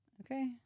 Okay